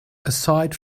aside